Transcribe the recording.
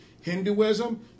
Hinduism